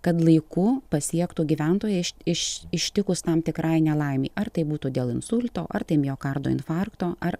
kad laiku pasiektų gyventoją iš iš ištikus tam tikrai nelaimei ar tai būtų dėl insulto ar tai miokardo infarkto ar